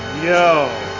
Yo